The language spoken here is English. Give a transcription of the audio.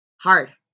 Hard